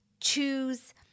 choose